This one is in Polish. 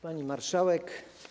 Pani Marszałek!